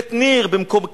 בית-ניר, במקום קידנה,